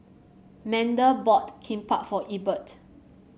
Manda bought Kimbap for Ebert